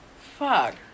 Fuck